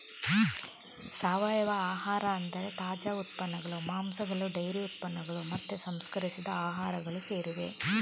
ಸಾವಯವ ಆಹಾರ ಅಂದ್ರೆ ತಾಜಾ ಉತ್ಪನ್ನಗಳು, ಮಾಂಸಗಳು ಡೈರಿ ಉತ್ಪನ್ನಗಳು ಮತ್ತೆ ಸಂಸ್ಕರಿಸಿದ ಆಹಾರಗಳು ಸೇರಿವೆ